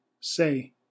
Say